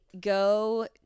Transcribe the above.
go